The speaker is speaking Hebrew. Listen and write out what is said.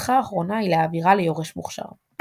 חובתך האחרונה היא להעבירה ליורש מוכשר.